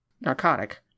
narcotic